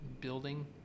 building